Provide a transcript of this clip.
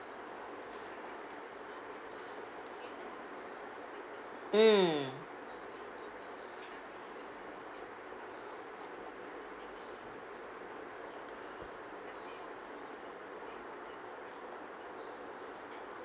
mm